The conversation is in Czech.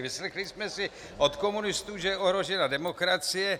Vyslechli jsme si od komunistů, že je ohrožena demokracie.